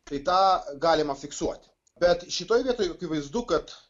tai tą galima fiksuoti bet šitoj vietoj akivaizdu kad